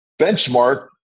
benchmark